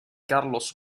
carlos